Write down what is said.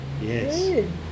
Yes